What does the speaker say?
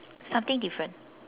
something different